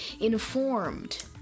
informed